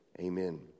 amen